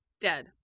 Dead